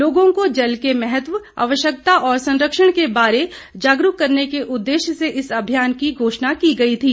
लोगों को जल के महत्व आवश्यकता और संरक्षण के बारे जागरूक करने के उददेश्य से इस अभियान की घोषणा की गई थी